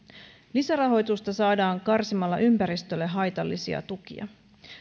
lisärahoitusta saadaan karsimalla ympäristölle haitallisia tukia